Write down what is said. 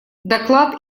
доклад